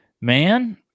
man